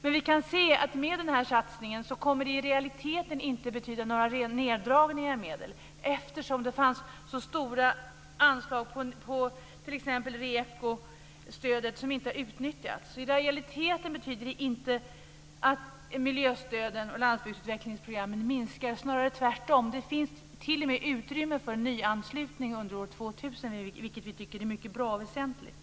Den här satsningen innebär att det inte kommer att bli några neddragningar av medel i realiteten eftersom det finns så stora anslag inom REKO-stödet som inte har utnyttjats. I realiteten betyder detta alltså att miljöstöden och stöden för landsbygdsutvecklingsprogrammet inte minskar, snarare tvärtom. Det finns t.o.m. utrymme för nyanslutning under år 2000, vilket vi tycker är mycket bra och väsentligt.